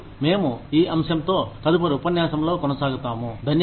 మరియు మేము ఈ అంశంతో తదుపరి ఉపన్యాసంలో కొనసాగుతాము